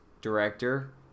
director